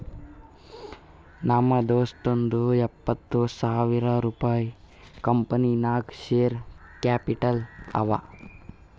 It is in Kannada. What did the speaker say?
ನಮ್ ದೋಸ್ತುಂದೂ ಎಪ್ಪತ್ತ್ ಸಾವಿರ ರುಪಾಯಿ ಕಂಪನಿ ನಾಗ್ ಶೇರ್ ಕ್ಯಾಪಿಟಲ್ ಅವ